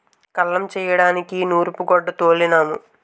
కల్లం చేయడానికి నూరూపుగొడ్డ తోలినాము